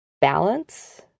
balance